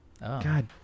God